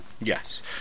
Yes